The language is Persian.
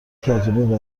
کتونی